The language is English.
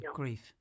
grief